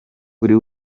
buri